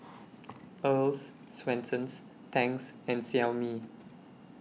Earl's Swensens Tangs and Xiaomi